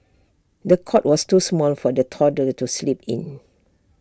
the cot was too small for the toddler to sleep in